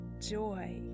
joy